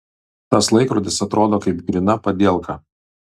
tas laikrodis atrodo kaip gryna padielka